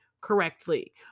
correctly